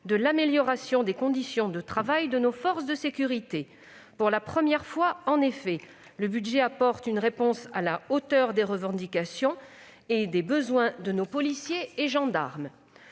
de l'amélioration des conditions de travail de nos forces de sécurité. Pour la première fois, en effet, le budget apporte une réponse à la hauteur des revendications et des besoins de nos policiers et gendarmes.